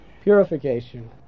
purification